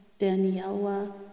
Daniela